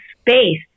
space